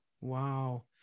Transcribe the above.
Wow